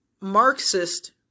Marxist